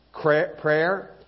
prayer